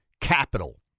capital